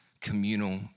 communal